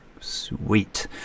sweet